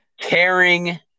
caring